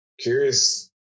curious